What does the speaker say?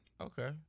okay